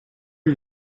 are